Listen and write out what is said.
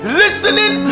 listening